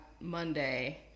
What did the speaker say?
Monday